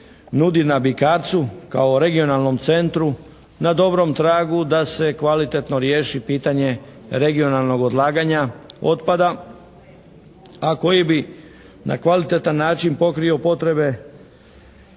nudi na Bikarcu kao regionalnom centru na dobrom tragu da se kvalitetno riješi pitanje regionalnog odlaganja otpada, a koji bi na kvalitetan način pokrio potrebe